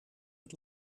het